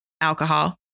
alcohol